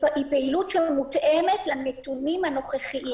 היא פעילות שמותאמת לנתונים הנוכחיים.